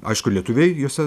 aišku lietuviai jose